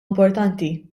importanti